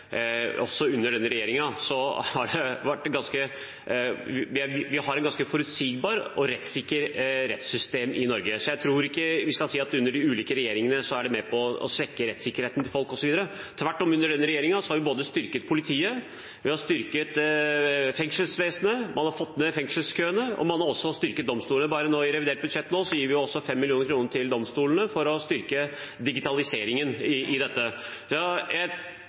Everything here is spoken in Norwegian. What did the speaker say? også under denne regjeringen. Vi har et ganske forutsigbart og rettssikkert rettssystem i Norge, så jeg tror ikke vi skal si at man under ulike regjeringer er med på å svekke rettssikkerheten til folk, osv. Tvert om: Under denne regjeringen har vi styrket politiet, vi har styrket fengselsvesenet, man har fått ned fengselskøene, og man har også styrket domstolene – bare nå i revidert budsjett gir vi også 5 mill. kr til domstolene for å styrke digitaliseringen i dette. Jeg